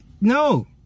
No